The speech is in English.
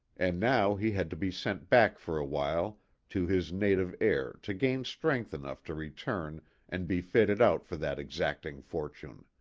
and now he had to be sent back for awhile to his native air to gain strength enough to return and be fitted out for that exacting fortune.